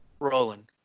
Roland